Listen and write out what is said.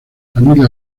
camila